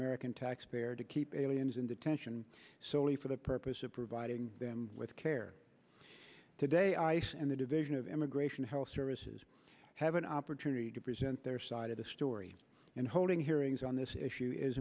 american taxpayer to keep aliens in detention solely for the purpose of providing them with care today ice and the division of immigration health services have an opportunity to present their side of the story and holding hearings on this issue is